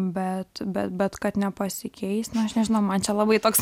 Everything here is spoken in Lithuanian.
bet bet bet kad nepasikeis nu aš nežinau man čia labai toks